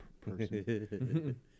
person